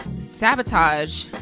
sabotage